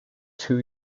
two